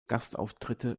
gastauftritte